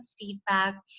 feedback